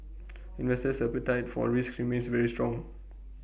investors appetite for risk remains very strong